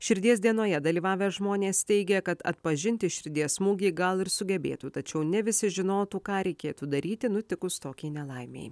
širdies dienoje dalyvavę žmonės teigia kad atpažinti širdies smūgį gal ir sugebėtų tačiau ne visi žinotų ką reikėtų daryti nutikus tokiai nelaimei